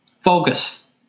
Focus